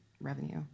revenue